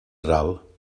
ral